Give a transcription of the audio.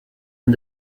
and